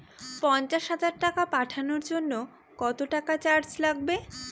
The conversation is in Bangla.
পণ্চাশ হাজার টাকা পাঠানোর জন্য কত টাকা চার্জ লাগবে?